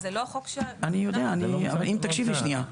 --- אני יודע, אם תקשיבי שנייה.